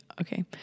okay